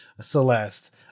Celeste